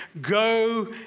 go